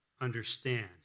understand